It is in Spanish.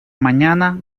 mañana